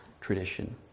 tradition